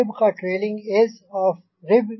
rib का trailing edge of rib